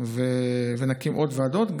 ונקים עוד ועדות,